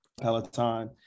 Peloton